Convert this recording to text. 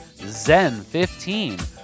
ZEN15